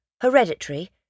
hereditary